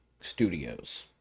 Studios